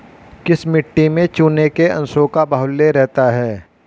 किस मिट्टी में चूने के अंशों का बाहुल्य रहता है?